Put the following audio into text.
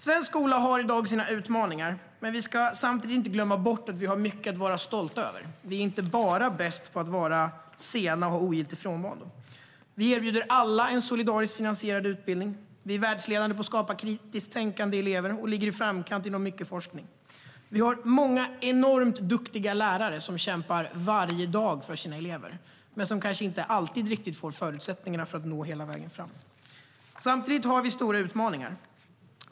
Svensk skola har i dag sina utmaningar. Men vi ska samtidigt inte glömma bort att vi har mycket att vara stolta över. Vi är inte bara bäst på att ha ogiltig frånvaro. Samtidigt har vi stora utmaningar.